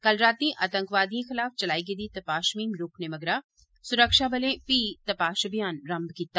कल रातीं आतंकवादिए खलाफ चलाई गेदी तपाश मुहिम रोकने मगरा सुरक्षा बलें फ्ही तपाश अभियान रंभ कीता